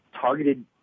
targeted